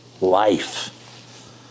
life